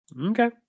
okay